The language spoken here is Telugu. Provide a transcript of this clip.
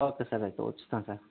ఓకే సార్ అయితే వచ్చినాక